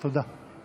תודה.